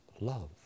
love